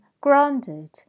grounded